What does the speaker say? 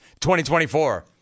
2024